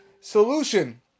solution